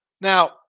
Now